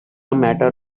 matter